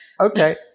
Okay